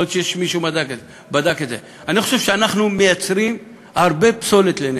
יכול להיות שמישהו בדק את זה אני חושב שאנחנו מייצרים הרבה פסולת לנפש.